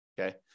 Okay